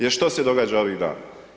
Jer što se događa ovih dana?